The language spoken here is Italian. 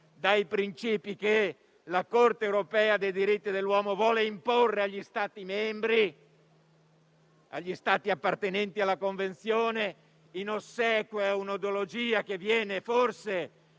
dai principi che la Corte europea dei diritti dell'uomo vuole imporre agli Stati membri appartenenti alla Convenzione, in ossequio a un'ideologia che viene